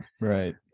right